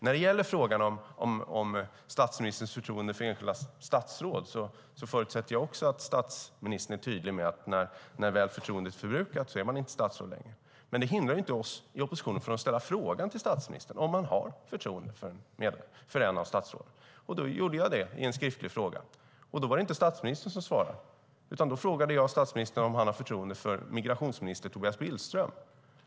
När det gäller frågan om statsministerns förtroende för enskilda statsråd förutsätter jag att statsministern är tydlig med att man, när förtroendet väl är förbrukat, inte är statsråd längre. Men det hindrar inte oss i oppositionen från att ställa frågan till statsministern om han har förtroende för ett av statsråden. Det gjorde jag i en skriftlig fråga, och då var det inte statsministern som svarade. Jag frågade statsministern om han hade förtroende för migrationsminister Tobias Billström.